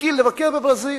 השכיל לבקר בברזיל,